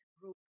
group